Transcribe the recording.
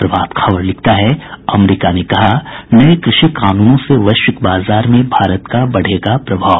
प्रभात खबर लिखता है अमरीका ने कहा नये कृषि कानूनों से वैश्विक बाजार में भारत का बढ़ेगा प्रभाव